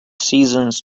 seasons